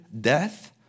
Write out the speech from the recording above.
death